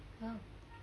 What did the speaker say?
!wow!